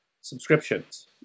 subscriptions